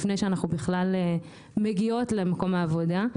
לפני שאנחנו בכלל מגיעות למקום העבודה,